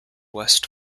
west